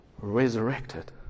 resurrected